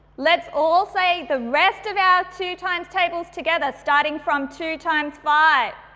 let's all say the rest of our two times tables together starting from two times five,